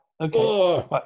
Okay